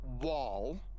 wall